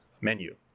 menu